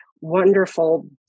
wonderful